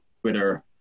Twitter